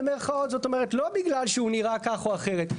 זאת אומרת לא בגלל שהוא נראה כך או אחרת.